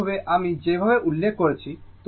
একইভাবে আমি যেভাবে উল্লেখ করেছি